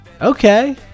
Okay